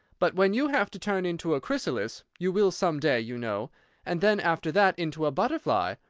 but when you have to turn into a chrysalis you will some day, you know and then after that into a butterfly,